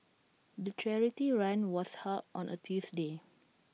the charity run was held on A Tuesday